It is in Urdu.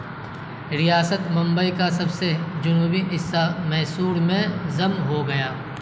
ریاست بمبئی کا سب سے جنوبی حصہ میسور میں ضم ہوگیا